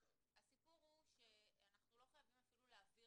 --- הסיפור הוא שאנחנו לא חייבים אפילו להעביר